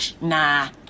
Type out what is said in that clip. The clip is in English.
nah